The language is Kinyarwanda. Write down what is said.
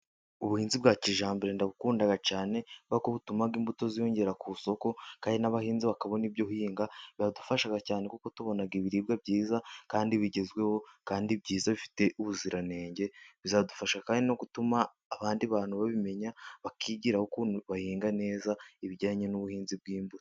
Ubuhinzi bwa kijyambere ndabukunda cyane, kubera ko butuma imbuto ziyongera ku isoko, kandi n'abahinzi bakabona ibyo guhinga. Biradufasha cyane kuko tubona ibiribwa byiza, kandi bigezweho bifite ubuziranenge, bizadufasha kandi no gutuma abandi bantu babimenya bakigiraho ukuntu bahinga neza, ibijyanye n'ubuhinzi bw'imbuto.